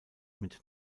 mit